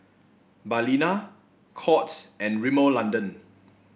Balina Courts and Rimmel London